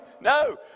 No